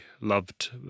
loved